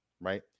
right